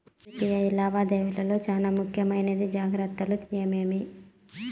UPI లావాదేవీల లో చానా ముఖ్యమైన జాగ్రత్తలు ఏమేమి?